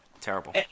terrible